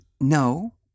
No